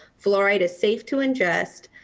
fluoride is safe to ingest,